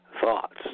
thoughts